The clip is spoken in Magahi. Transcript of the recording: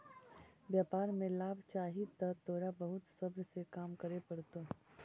व्यापार में लाभ चाहि त तोरा बहुत सब्र से काम करे पड़तो